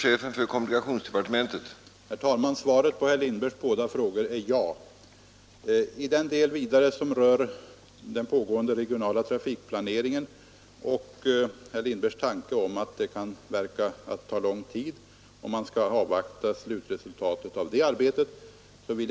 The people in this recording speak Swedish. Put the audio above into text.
Herr talman! Svaret på herr Lindbergs båda frågor är ja. Herr Lindberg tycker att det verkar ta lång tid om man skall avvakta slutresultatet av den pågående regionala trafikplaneringen.